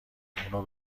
اونو